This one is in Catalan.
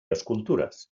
escultures